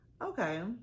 Okay